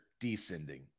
descending